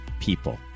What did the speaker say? people